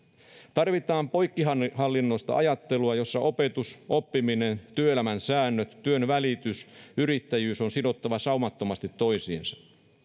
tarvitaan poikkihallinnollista ajattelua jossa opetus oppiminen työelämän säännöt työnvälitys ja yrittäjyys on sidottava saumattomasti toisiinsa